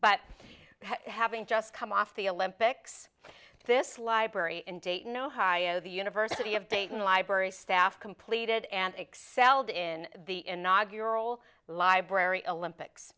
but having just come off the olympics this library in dayton ohio the university of dayton library staff completed and excelled in the inaugural library a lympics